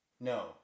No